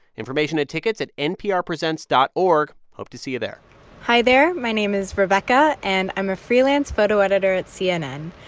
information and tickets at nprpresents dot org. hope to see you there hi there. my name is rebecca, and i'm a freelance photo editor at cnn.